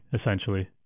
essentially